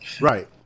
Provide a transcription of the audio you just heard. Right